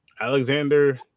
Alexander